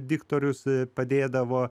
diktorius padėdavo